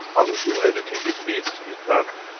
i will do anything it needs to be done,